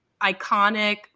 iconic